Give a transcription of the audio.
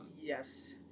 yes